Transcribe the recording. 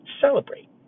Celebrate